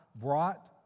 brought